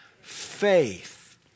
Faith